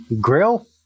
Grill